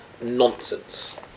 nonsense